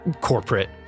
corporate